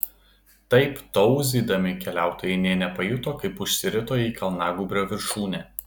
taip tauzydami keliautojai nė nepajuto kaip užsirito į kalnagūbrio viršūnę